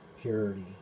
purity